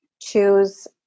choose